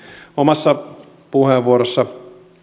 omassa puheenvuorossani on